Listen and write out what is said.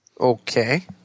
Okay